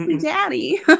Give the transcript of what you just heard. daddy